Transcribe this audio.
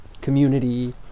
community